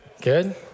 Good